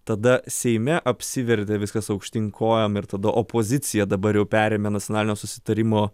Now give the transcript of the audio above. tada seime apsivertė viskas aukštyn kojom ir tada opozicija dabar jau perėmė nacionalinio susitarimo